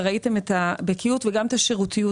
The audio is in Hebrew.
וראיתם את הבקיאות וגם את השירותיות